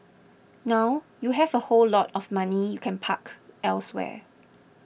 now you have a whole lot of money you can park elsewhere